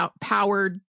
powered